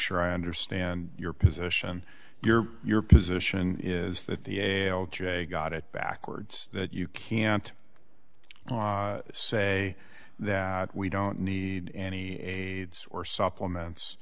sure i understand your position your your position is that the ail today got it backwards that you can't say that we don't need any aids or supplements